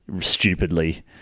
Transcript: stupidly